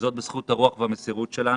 וזאת בזכות הרוח והמסירות שלנו.